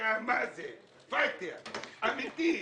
אתה פייטר אמתי.